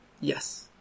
Yes